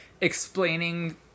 explaining